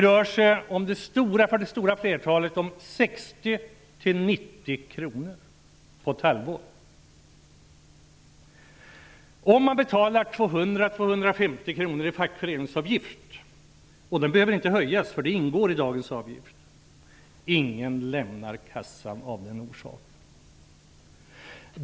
För det stora flertalet rör det sig om 60--90 kr på ett halvår. Om man betalar 200--250 kr i fackföreningsavgift är det ingen som lämnar kassan av den orsaken. Fackföreningsavgiften behöver inte höjas, för detta ingår i dagens avgift.